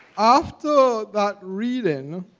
after that reading,